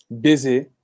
busy